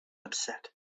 upset